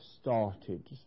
started